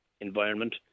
environment